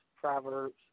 Proverbs